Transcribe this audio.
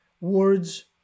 Words